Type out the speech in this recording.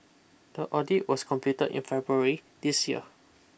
the audit was completed in February this year